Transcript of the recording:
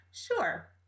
sure